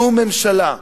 משנת